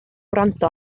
wrando